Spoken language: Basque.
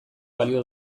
balio